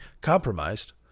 compromised